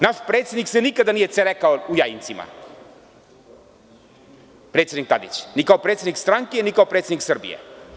Naš predsednik se nikada nije cerekao u Jajincima, ni kao predsednik stranke, ni kao predsednik Srbije.